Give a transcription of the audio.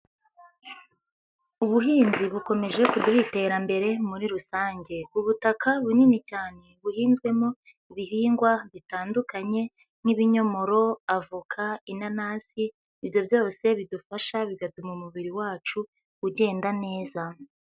Ubuhinzi bukomeje kuduha iterambere muri rusange, ubutaka bunini cyane buhinzwemo ibihingwa bitandukanye nk'ibinyomoro, avoka, inanasi, ibyo byose bidufasha bigatuma umubiri wacu ugenda neza.